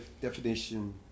definition